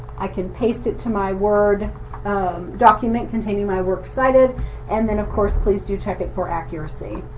i can paste it to my word document containing my works cited and then of course please do check it for accuracy.